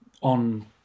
on